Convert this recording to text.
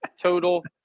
total